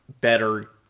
better